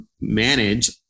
manage